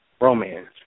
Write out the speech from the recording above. romance